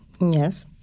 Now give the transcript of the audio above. Yes